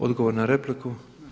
Odgovor na repliku.